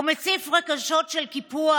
הוא מציף רגשות של קיפוח.